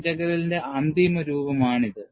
ഇന്റഗ്രലിന്റെ അന്തിമരൂപമാണിത്